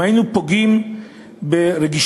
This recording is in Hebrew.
אם היינו פוגעים ברגישויות,